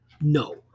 No